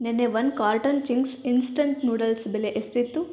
ನೆನ್ನೆ one carton Ching's instant noodles ಬೆಲೆ ಎಷ್ಟಿತ್ತು